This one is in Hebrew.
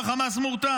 אמר: חמאס מורתע.